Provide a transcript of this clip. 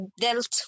dealt